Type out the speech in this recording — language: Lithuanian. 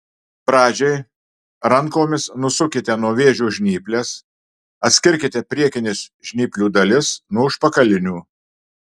pradžiai rankomis nusukite nuo vėžio žnyples atskirkite priekines žnyplių dalis nuo užpakalinių